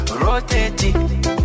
rotating